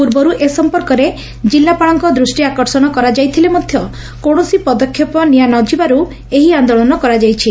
ପୂର୍ବରୁ ଏ ସଂପର୍କରେ ଜିଲ୍ଲାପାଳଙ୍କ ଦୃଷ୍କିଆକର୍ଷଣ କରାଯାଇଥିଲେ ମଧ କୌଶସି ପଦକ୍ଷେପ ନିଆ ନଯିବାରୁ ଏହି ଆନ୍ଦୋଳନ କରାଯାଇଛି